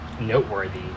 noteworthy